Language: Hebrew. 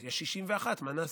יש 61, מה נעשה?